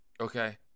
Okay